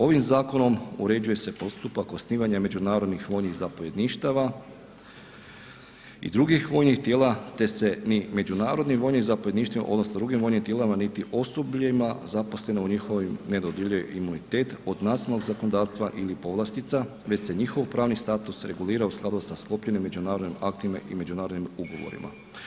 Ovim zakonom uređuje se postupak osnivanja međunarodnih vojnih zapovjedništava i drugih vojnih tijela, te se ni međunarodni vojni zapovjedništvima odnosno drugim vojnim tijelima niti osobljima zaposlenim u njihovim, ne dodjeljuje imunitet od nacionalnog zakonodavstva ili povlastica, već se njihov pravni status regulira u skladu sa sklopljenim međunarodnim aktima i međunarodnim ugovorima.